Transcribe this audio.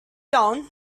down